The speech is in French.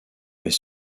mais